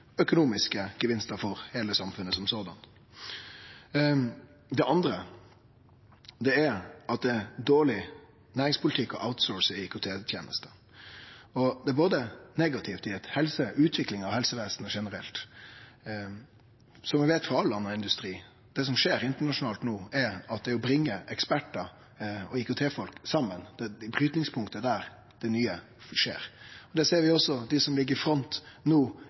økonomiske gevinstar for heile samfunnet. Det andre er at det er dårleg næringspolitikk å «outsource» IKT-tenester. Det er negativt både i eit helseperspektiv og når det gjeld utviklinga av helsevesenet generelt, slik vi veit det er for all annan industri. Det som skjer internasjonalt no, er at det å bringe ekspertar og IKT-folk saman, det brytingspunktet der, er det nye som skjer. Vi ser også at dei som internasjonalt ligg i front no